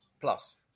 Plus